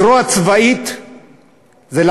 זרוע צבאית זה,